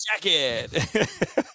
jacket